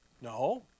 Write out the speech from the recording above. No